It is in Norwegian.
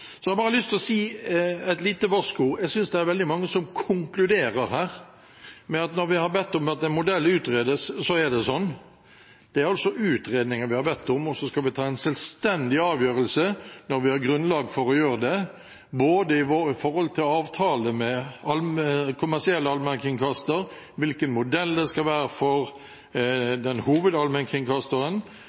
Så har jeg bare lyst til å komme med et lite varsko. Jeg synes det er veldig mange som konkluderer her med hensyn til at når vi har bedt om at en modell utredes, så er det sånn. Det er en utredning vi har bedt om, og så skal vi ta en selvstendig avgjørelse når vi har grunnlag for å gjøre det, både når det gjelder avtale med kommersiell allmennkringkaster, og når det gjelder hvilken modell det skal være for den hovedallmennkringkasteren.